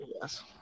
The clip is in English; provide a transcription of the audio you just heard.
yes